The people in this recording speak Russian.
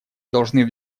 должны